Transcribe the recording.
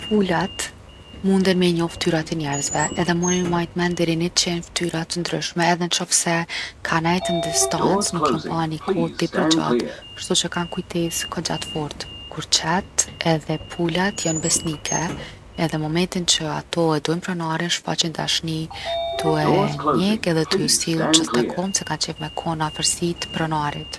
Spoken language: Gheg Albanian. Pulat munen mi njoft ftyrat e njerzve edhe munen mi majt n’men deri 100 ftyra t’ndryshme edhe n’qofse kan nejt n’distanc nuk jon pa ni kohë tepër t’gjat’, kshtuqe kan kujtes’ kogja t’fortë. Kur qent edhe pulat jon besnike, edhe momentin që ato e dojn’ pronarin shfaqin dashni tu e njek edhe tu ju sill gjithë te komt se kan qef me kon gjithë n’afërsi t’pronarit.